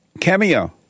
Cameo